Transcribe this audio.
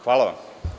Hvala vam.